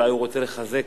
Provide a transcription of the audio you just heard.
אולי הוא רוצה לחזק